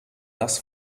das